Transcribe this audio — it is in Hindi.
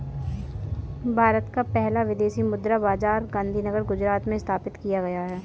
भारत का पहला विदेशी मुद्रा बाजार गांधीनगर गुजरात में स्थापित किया गया है